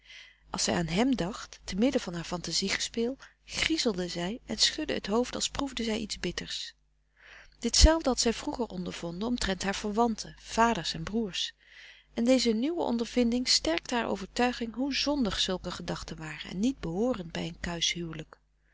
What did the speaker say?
als zij aan hem dacht temidden van haar fantasie gespeel griezelde zij en schudde het hoofd als proefde zij iets bitters ditzelfde had zij vroeger ondervonden omtrent haar verwanten vaders en broers en deze nieuwe ondervinding sterkte haar overtuiging hoe zondig zulke gedachten waren en niet behoorend bij een kuisch huwelijk